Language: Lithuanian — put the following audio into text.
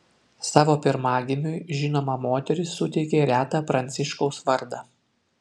savo pirmagimiui žinoma moteris suteikė retą pranciškaus vardą